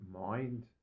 mind